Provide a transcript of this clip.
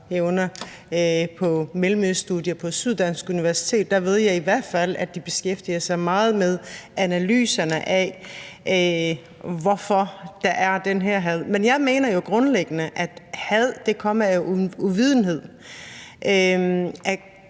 på Mellemøststudier på Syddansk Universitet. Der ved jeg i hvert fald, at de beskæftiger sig meget med analyserne af, hvorfor der er det her had. Men jeg mener jo grundlæggende, at had kommer af uvidenhed,